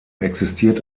existiert